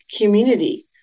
community